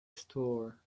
store